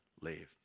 leave